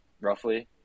roughly